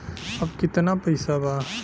अब कितना पैसा बा?